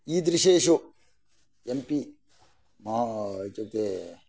ईदृशेषु M P इत्युक्ते